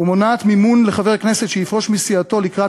ומונעת מימון לחבר כנסת שיפרוש מסיעתו לקראת